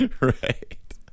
Right